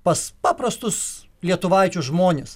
pas paprastus lietuvaičių žmones